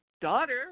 daughter